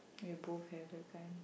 we both have that kind